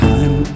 Time